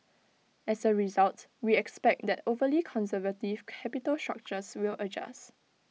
as A result we expect that overly conservative capital structures will adjust